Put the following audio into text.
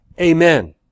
Amen